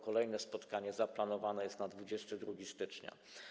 Kolejne spotkanie zaplanowane jest na 22 stycznia.